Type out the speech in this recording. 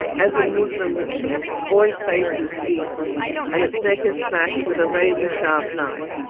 as in muslim rituals, always faces east and its neck is slashed with a razor sharp knife.